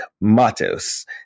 Matos